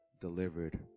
delivered